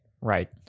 Right